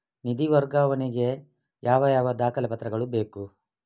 ನಿಧಿ ವರ್ಗಾವಣೆ ಗೆ ಯಾವ ಯಾವ ದಾಖಲೆ ಪತ್ರಗಳು ಬೇಕು?